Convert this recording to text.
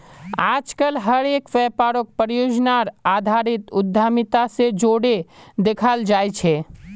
आजकल हर एक व्यापारक परियोजनार आधारित उद्यमिता से जोडे देखाल जाये छे